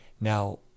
Now